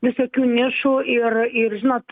visokių nišų ir ir žinot